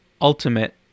Ultimate